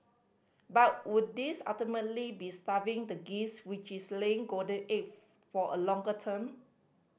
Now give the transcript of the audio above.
but would this ultimately be starving the geese which is laying golden for a longer term